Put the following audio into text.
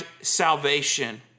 salvation